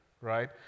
right